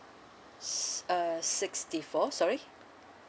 s~ uh sixty four sorry